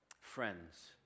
friends